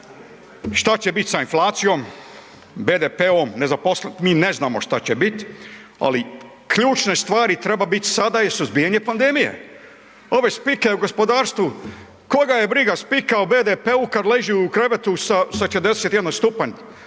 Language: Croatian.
Šta će biti sa inflacijom, BDP-om, nezaposleni, mi ne znamo šta će bit ali ključne stvari treba bit sada je suzbijanje pandemije. Ove spike o gospodarstvu, koga je briga spika o BDP-u kad leži u krevetu sa 41 stupanj